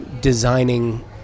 designing